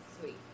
sweet